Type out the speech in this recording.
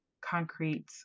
concrete